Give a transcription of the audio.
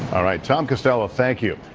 tom costello, thank you.